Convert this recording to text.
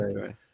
right